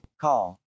Call